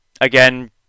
Again